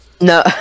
No